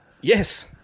Yes